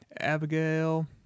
Abigail